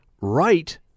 right